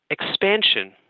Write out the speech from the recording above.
expansion